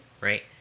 right